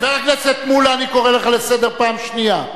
חבר הכנסת מולה, אני קורא אותך לסדר פעם שנייה.